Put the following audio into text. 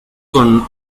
con